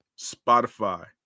Spotify